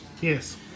Yes